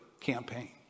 campaign